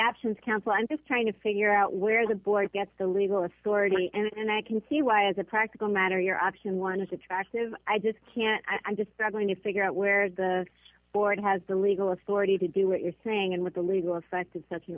absence counsel i'm just trying to figure out where the boy gets the legal authority and i can see why as a practical matter your option one is attractive i just can't i just struggling to figure out where the board has the legal authority to do what you're saying and what the legal effect of such an